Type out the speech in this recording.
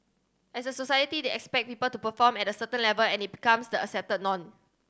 as a society they expect people to perform at a certain level and it becomes the accepted norm